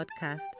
Podcast